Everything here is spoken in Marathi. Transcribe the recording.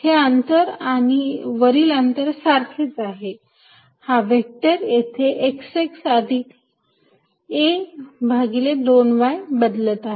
हे अंतर आणि वरील अंतर सारखेच आहे हा व्हेक्टर येथे x x अधिक a भागिले 2 y हे बदलत आहे